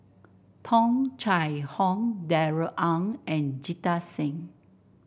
Tung Chye Hong Darrell Ang and Jita Singh